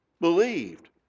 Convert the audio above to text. believed